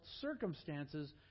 circumstances